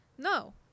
No